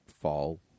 fall